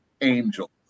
angel